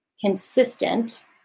consistent